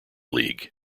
league